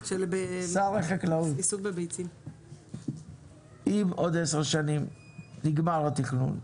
שר החקלאות, אם בעוד עשר שנים נגמר התכנון,